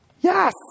yes